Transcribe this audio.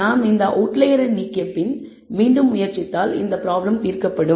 நாம் இந்த அவுட்லையெரை நீக்கியபின் மீண்டும் முயற்சித்தால் இந்த ப்ராப்ளம் தீர்க்கப்படும்